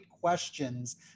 questions